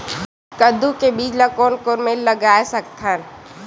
कददू के बीज ला कोन कोन मेर लगय सकथन?